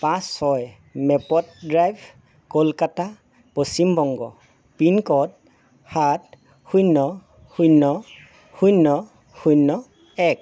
পাঁচ ছয় maple drive Kolkata Paschim Banga pin code সাত শূন্য শূন্য শূন্য শূন্য এক